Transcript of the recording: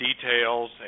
details